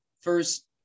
first